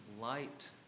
light